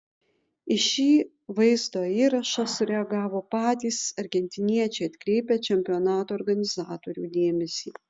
į šį vaizdo įrašą sureagavo patys argentiniečiai atkreipę čempionato organizatorių dėmesį